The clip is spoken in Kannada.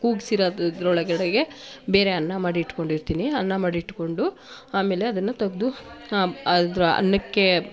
ಕೂಗ್ಸಿರೋದು ಇದರೊಳಗಡೆಗೆ ಬೇರೆ ಅನ್ನ ಮಾಡಿಟ್ಕೊಂಡಿರ್ತೀನಿ ಅನ್ನ ಮಾಡಿಟ್ಕೊಂಡು ಆಮೇಲೆ ಅದನ್ನು ತೆಗ್ದು ಇದ್ರ ಅನ್ನಕ್ಕೆ